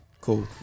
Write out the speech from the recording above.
Cool